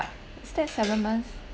is that seven months